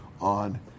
on